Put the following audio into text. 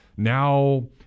Now